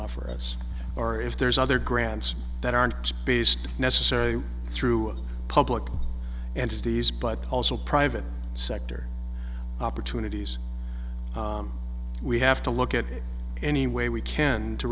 offer us or if there's other grants that aren't based necessarily through public entities but also private sector opportunities we have to look at it any way we can to